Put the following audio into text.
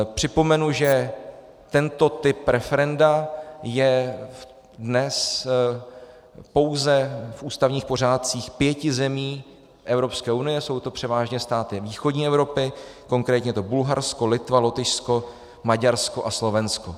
Připomenu, že tento typ referenda je dnes pouze v ústavních pořádcích pěti zemí Evropské unie, jsou to převážně státy východní Evropy, konkrétně je to Bulharsko, Litva, Lotyšsko, Maďarsko a Slovensko.